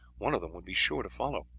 one of them would be sure to follow.